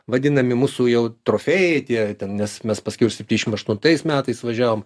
vadinami mūsų jau trofėjai tie ten nes mes paskiau septyniasdešim aštuntais metais važiavom